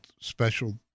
special